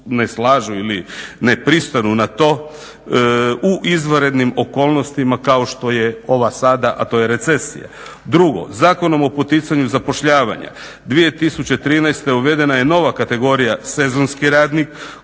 ne slažu ili ne pristanu na to, u izvanrednim okolnostima kao što je ova sada, a to je recesija. Drugo, Zakonom o poticanju zapošljavanja 2013. uvedena je nova kategorija sezonski radnik